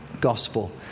gospel